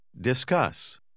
discuss